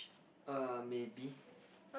err maybe